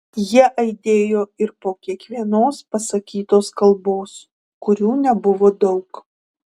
jie aidėjo ir po kiekvienos pasakytos kalbos kurių nebuvo daug